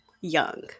young